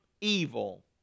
evil